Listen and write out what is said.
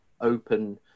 open